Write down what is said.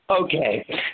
Okay